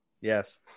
Yes